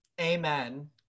Amen